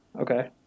okay